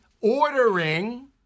ordering